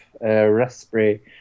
raspberry